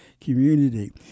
community